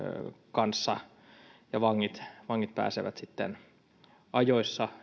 kanssa ja vangit vangit pääsevät sitten ajoissa